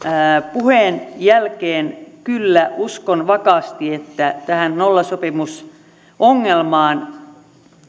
puheen jälkeen uskon kyllä vakaasti että tähän nollasopimusongelmaan